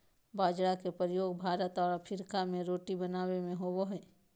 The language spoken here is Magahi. बाजरा के प्रयोग भारत और अफ्रीका में रोटी बनाबे में होबो हइ